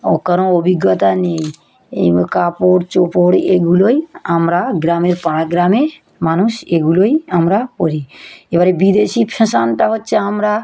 ও কারণ অভিজ্ঞতা নেই এগুলো কাপড় চোপড় এগুলোই আমরা গ্রামে পাড়া গ্রামে মানুষ এগুলোই আমরা পরি এবারে বিদেশি ফ্যাশানটা হচ্ছে আমরা